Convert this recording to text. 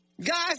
Guys